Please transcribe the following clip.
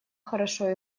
хорошо